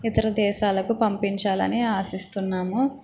ఇతర దేశాలకు పంపించాలని ఆశిస్తున్నాము